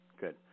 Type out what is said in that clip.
good